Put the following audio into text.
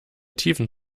tiefen